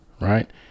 Right